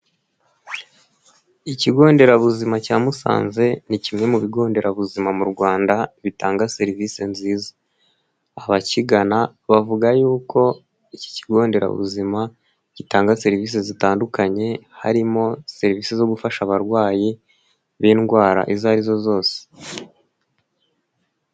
Ikigo nderabuzima cya Musanze ni kimwe mu bigo nderabuzima mu Rwanda bitanga serivisi nziza, abakigana bavuga yuko iki kigo nderabuzima gitanga serivisi zitandukanye harimo serivisi zo gufasha abarwayi b'indwara izo arizo zose.